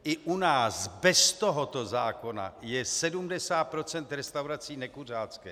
I u nás bez tohoto zákona je 70 % restauracích nekuřáckých.